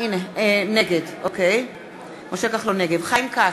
נגד חיים כץ,